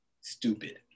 stupid